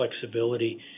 flexibility